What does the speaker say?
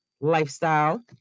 lifestyle